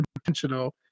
intentional